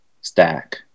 stack